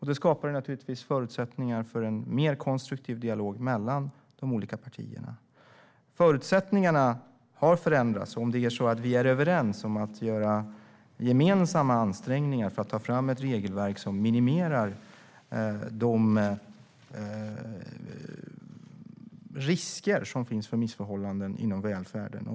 Det skapar förutsättningar för en mer konstruktiv dialog mellan de olika partierna. Svar på interpellationer Förutsättningarna har förändrats, om det är så att vi är överens om att göra gemensamma ansträngningar för att ta fram ett regelverk som minimerar riskerna för missförhållanden inom välfärden.